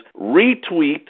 retweet